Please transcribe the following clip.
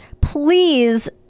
please